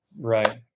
Right